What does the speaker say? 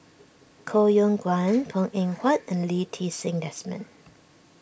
Koh Yong Guan Png Eng Huat and Lee Ti Seng Desmond